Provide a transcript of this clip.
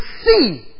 see